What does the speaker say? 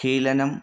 खेलनम्